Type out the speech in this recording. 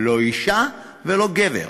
לא אישה ולא גבר,